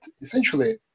essentially